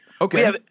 Okay